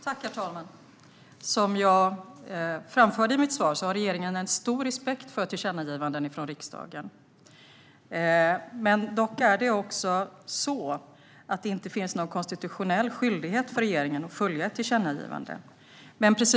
Herr talman! Som jag framförde i mitt svar har regeringen en stor respekt för tillkännagivanden från riksdagen. Dock är det så att det inte finns någon konstitutionell skyldighet för regeringen att följa tillkännagivanden.